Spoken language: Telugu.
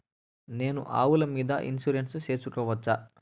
నేను ఆవుల మీద ఇన్సూరెన్సు సేసుకోవచ్చా?